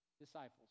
disciples